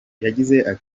yagize